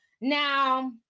Now